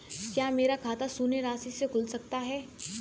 क्या मेरा खाता शून्य राशि से खुल सकता है?